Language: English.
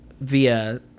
Via